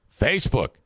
facebook